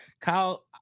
Kyle